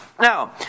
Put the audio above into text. Now